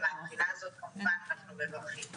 ומהבחינה הזאת כמובן אנחנו מברכים.